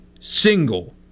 single